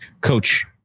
coach